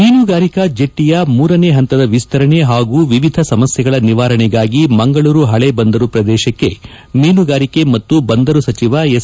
ಮೀನುಗಾರಿಕಾ ಜೆಟ್ವಯ ಮೂರನೇ ಹಂತದ ವಿಸ್ತರಣೆ ಹಾಗೂ ವಿವಿಧ ಸಮಸ್ಥೆಗಳ ನಿವಾರಣೆಗಾಗಿ ಮಂಗಳೂರು ಪಳೆ ಬಂದರು ಪ್ರದೇಶಕ್ಕೆ ಮೀನುಗಾರಿಕೆ ಮತ್ತು ಬಂದರು ಸಚಿವ ಎಸ್